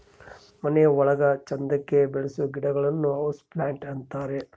ಮನೆ ಒಳಗ ಚಂದಕ್ಕೆ ಬೆಳಿಸೋ ಗಿಡಗಳನ್ನ ಹೌಸ್ ಪ್ಲಾಂಟ್ ಅಂತಾರೆ